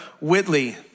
Whitley